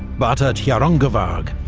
but at hjorungavagr,